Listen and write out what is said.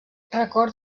record